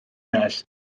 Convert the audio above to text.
eraill